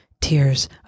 tears